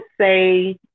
say